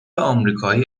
آمریکایی